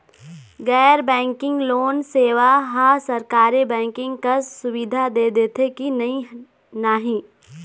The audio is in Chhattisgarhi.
गैर बैंकिंग लोन सेवा हा सरकारी बैंकिंग कस सुविधा दे देथे कि नई नहीं?